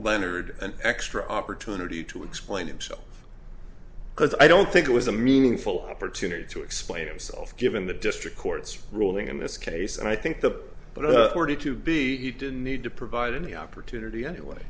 leonard an extra opportunity to explain himself because i don't think it was a meaningful opportunity to explain himself given the district court's ruling in this case and i think the but i wanted to be he didn't need to provide any opportunity